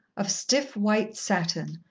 of stiff white satin,